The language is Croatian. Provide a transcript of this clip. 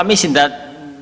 Ha mislim da